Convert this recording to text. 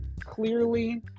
clearly